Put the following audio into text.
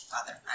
father